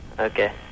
Okay